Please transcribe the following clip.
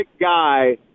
guy